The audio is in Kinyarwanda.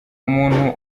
umuntu